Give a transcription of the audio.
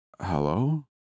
Hello